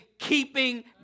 Keeping